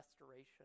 restoration